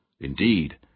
Indeed